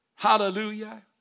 Hallelujah